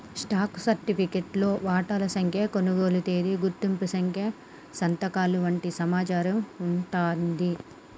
stock సర్టిఫికేట్లో వాటాల సంఖ్య, కొనుగోలు తేదీ, గుర్తింపు సంఖ్య సంతకాలు వంటి సమాచారం వుంటాంది